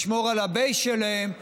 לשמור על ה-base שלהם,